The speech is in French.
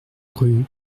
rue